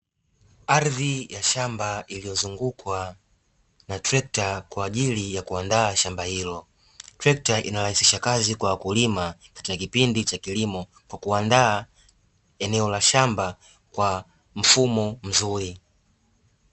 Ardhi ya shamba iliyozungukwa na trekta kwa ajili ya kuandaa shamba hilo. Trekta inarahisisha kazi kwa wakulima katika kipindi cha kilimo, kwa kuandaa eneo la shamba Kwa mfumo mzuri.